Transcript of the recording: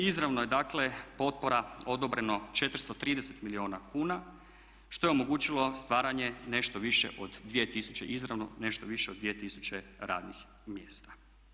Izravno je dakle potpora odobreno 430 milijuna kuna što je omogućilo stvaranje nešto više od 2000 izravno, nešto više od 2000 radnih mjesta.